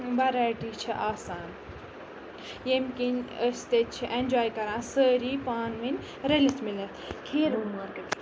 variety چھِ آسان ییٚمہِ کِنۍ أسۍ تٚتہِ چھِ اٮ۪نجاے کَران سٲری پانہٕ ؤنۍ رٔلِتھ مِلِتھ خیٖر